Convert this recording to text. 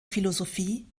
philosophie